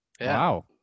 wow